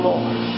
Lord